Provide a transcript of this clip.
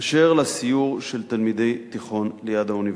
אשר לסיור של תלמידי התיכון "ליד האוניברסיטה"